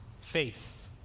faith